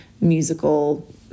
musical